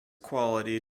quality